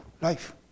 life